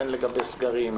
הן לגבי סגרים,